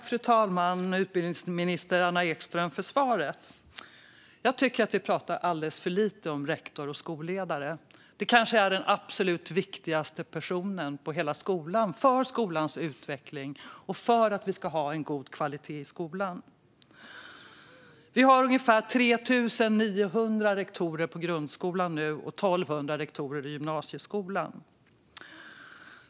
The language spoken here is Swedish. Fru talman! Tack, utbildningsminister Anna Ekström, för svaret! Jag tycker att vi pratar alldeles för lite om rektorer och skolledare. Det kanske är den absolut viktigaste personen på hela skolan för skolans utveckling och för att vi ska ha en god kvalitet i skolan. Vi har ungefär 3 900 rektorer i grundskolan och 1 200 rektorer i gymnasieskolan.